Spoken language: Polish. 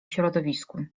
środowisku